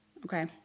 Okay